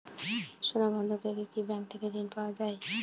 সোনা বন্ধক রেখে কি ব্যাংক থেকে ঋণ পাওয়া য়ায়?